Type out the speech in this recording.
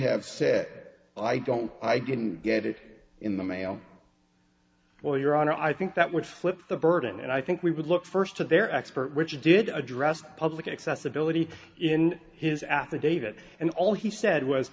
have said well i don't i didn't get it in the mail well your honor i think that would flip the burden and i think we would look first to their expert which did address public accessibility in his affidavit and all he said was